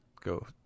go